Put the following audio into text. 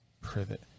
Privet